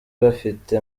bafite